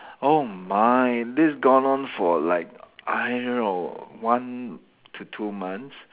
oh my this gone on for like I don't know one to two months